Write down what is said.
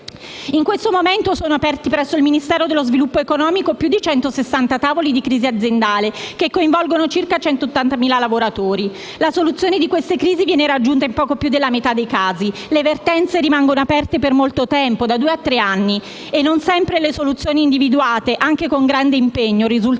In questo momento sono aperti presso il Ministero dello sviluppo economico più di 160 tavoli di crisi aziendale che coinvolgono circa 180.000 lavoratori. La soluzione di queste crisi viene raggiunta in poco più della metà dei casi; le vertenze rimangono aperte per molto tempo (da due o tre anni), e non sempre le soluzioni individuate, anche con grande impegno, risultano